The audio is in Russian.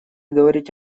говорить